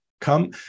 Come